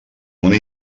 una